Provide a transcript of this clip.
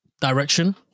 direction